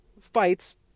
fights